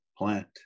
Plant